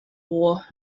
war